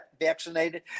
vaccinated